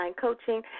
coaching